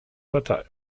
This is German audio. partei